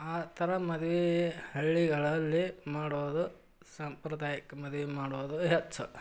ಆ ಥರ ಮದ್ವೆ ಹಳ್ಳಿಗಳಲ್ಲಿ ಮಾಡೋದು ಸಾಂಪ್ರದಾಯಕ ಮದ್ವೆ ಮಾಡೋದು ಹೆಚ್ಚು